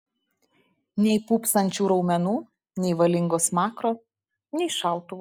nei pūpsančių raumenų nei valingo smakro nei šautuvo